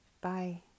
bye